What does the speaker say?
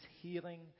healing